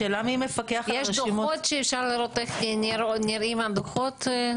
יש דוחות שאפשר לראות איך נראים הדוחות?